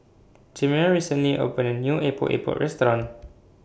Chimere recently opened A New Epok Epok Restaurant